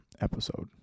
episode